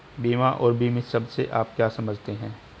बीमा और बीमित शब्द से आप क्या समझते हैं?